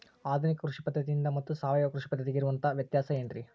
ಆಧುನಿಕ ಕೃಷಿ ಪದ್ಧತಿ ಮತ್ತು ಸಾವಯವ ಕೃಷಿ ಪದ್ಧತಿಗೆ ಇರುವಂತಂಹ ವ್ಯತ್ಯಾಸ ಏನ್ರಿ?